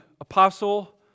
Apostle